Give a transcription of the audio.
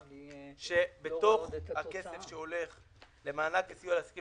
כך שבתוך הכסף שהולך למענק לסיוע לעסקים